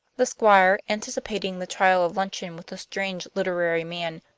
the squire, anticipating the trial of luncheon with a strange literary man,